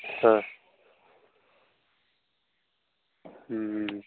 ஆ ம்